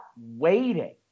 waiting